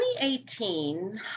2018